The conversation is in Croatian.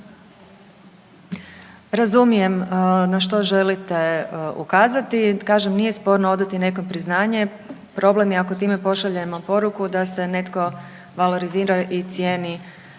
Razumijem na što želite ukazati. Kažem, nije sporno odati nekom priznanje, problem je ako time pošaljemo poruku da se netko valorizirao i cijeni